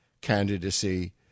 candidacy